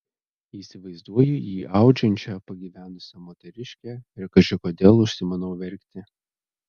įsivaizduoju jį audžiančią pagyvenusią moteriškę ir kaži kodėl užsimanau verkti